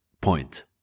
point